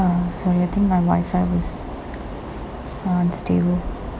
uh sorry I think my wifi was unstable